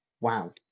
wow